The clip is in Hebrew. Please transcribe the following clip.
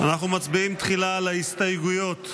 אנחנו מצביעים תחילה על ההסתייגויות,